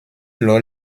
lors